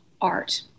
art